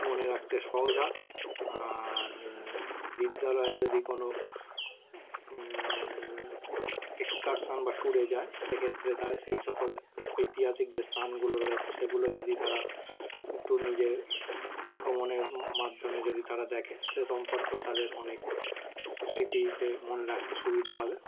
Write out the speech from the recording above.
মনে রাখতে সহজ হয় আর বিদ্যালয়ে যদি কোনো এক্সকারশন বা ট্যুরে যায় সেক্ষেত্রে তারা সেই সকলে ঐতিহাসিক যে স্থানগুলো রয়েছে সেগুলো যদি তারা একটু নিজের ভ্রমণের মাধ্যমে যদি তারা দেখে সে সম্পর্কেও তাদের অনেক স্মৃতিতে মনে রাখতে সুবিধা হবে